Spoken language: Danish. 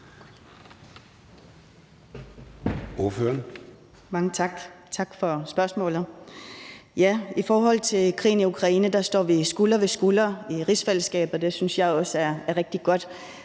(IA): Mange tak. Tak for spørgsmålet. Ja, i forhold til krigen i Ukraine står vi skulder ved skulder i rigsfællesskabet. Det synes jeg også er rigtig godt.